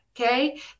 okay